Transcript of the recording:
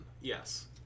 yes